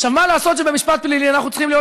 מה לעשות שבמשפט פלילי אנחנו צריכים להיות